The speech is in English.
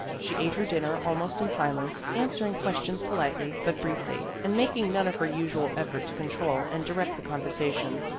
she ate her dinner almost in silence, answering questions politely but briefly and making none of her usual effort to control and direct the conversation.